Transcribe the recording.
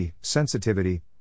Sensitivity